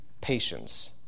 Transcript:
patience